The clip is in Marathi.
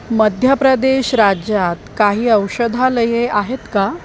मध्य प्रदेश राज्यात काही औषधालये आहेत का